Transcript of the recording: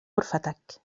غرفتك